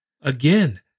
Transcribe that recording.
Again